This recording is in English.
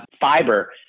fiber